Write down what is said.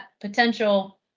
potential